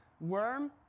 worm